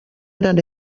eren